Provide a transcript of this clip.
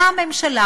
באה הממשלה